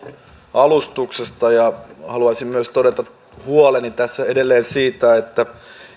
alustuksesta haluaisin myös todeta huoleni tässä edelleen että